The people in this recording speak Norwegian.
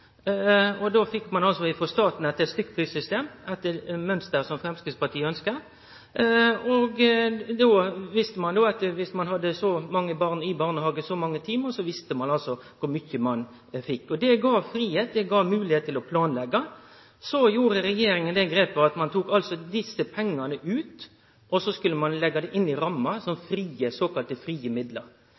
den måten. Då fekk ein – etter eit mønster som Framstegspartiet ønskjer – pengar frå staten etter eit stykkprissystem. Viss ein hadde så og så mange barn i barnehagen i så og så mange timar, visste ein kor mykje ein fekk. Det gav fridom, det gav moglegheit til å planleggje. Så gjorde regjeringa det grepet at ein tok desse pengane ut, og ein skulle leggje dei inn i ramma som såkalla frie midlar.